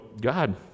God